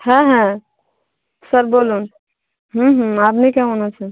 হ্যাঁ হ্যাঁ স্যার বলুন হুম হুম আপনি কেমন আছেন